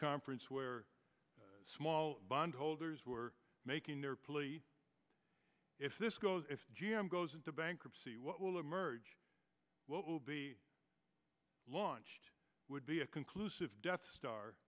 conference where small bondholders were making their plea if this goes if g m goes into bankruptcy what will emerge what will be launched would be a conclusive death star